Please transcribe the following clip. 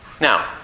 Now